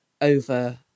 over